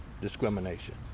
discrimination